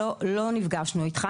לא נפגשנו איתך,